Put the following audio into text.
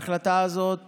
החלטה כזאת